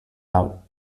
out